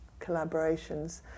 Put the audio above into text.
collaborations